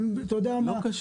ימנו.